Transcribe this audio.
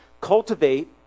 Cultivate